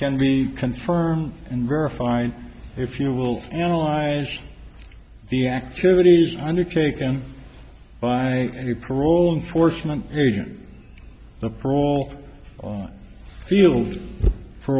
can be confirmed and verified if you will analyze the activities undertaken by any parole enforcement agent the parole field for